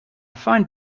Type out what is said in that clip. find